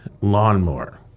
lawnmower